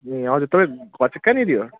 ए हजुर तपाईँको घर चाहिँ कहाँनेरि हो